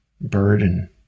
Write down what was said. burden